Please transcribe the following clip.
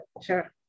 Sure